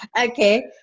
Okay